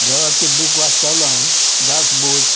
देवाचें बूक वाचतालो हांव दासबोद